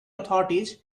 authorities